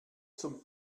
zum